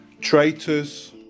traitors